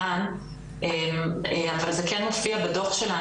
אבל זה כן מופיע בדוח שלנו